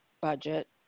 budget